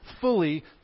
fully